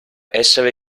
essere